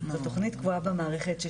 זו תכנית קבועה במערכת.